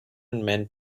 meant